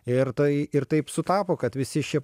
ir tai ir taip sutapo kad visi šie